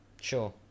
Sure